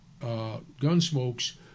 gunsmokes